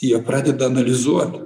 jie pradeda analizuot